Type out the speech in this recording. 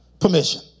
permission